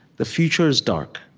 the future is dark,